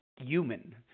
human